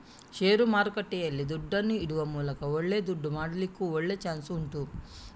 ಷೇರು ಮಾರುಕಟ್ಟೆಯಲ್ಲಿ ದುಡ್ಡನ್ನ ಇಡುವ ಮೂಲಕ ಒಳ್ಳೆ ದುಡ್ಡು ಮಾಡ್ಲಿಕ್ಕೂ ಒಳ್ಳೆ ಚಾನ್ಸ್ ಉಂಟು